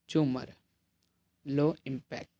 Jhumar low impact